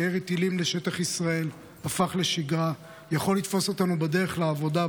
כשירי טילים לשטח ישראל הפך לשגרה ויכול לתפוס אותנו בדרך לעבודה,